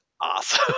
awesome